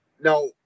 now